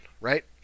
right